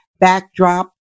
backdrop